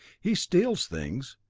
he steals things,